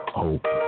hope